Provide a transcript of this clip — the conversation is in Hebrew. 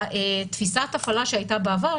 תפיסת הפעלה שהייתה בעבר,